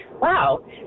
wow